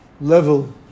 level